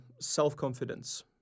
self-confidence